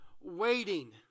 waiting